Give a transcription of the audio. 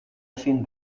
ezin